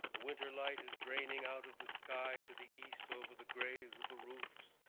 the winter light is draining out of the sky to the east over the grays of the roofs,